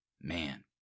Man